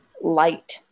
light